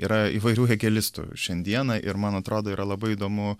yra įvairių hėgelistų šiandieną ir man atrodo yra labai įdomu